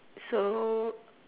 so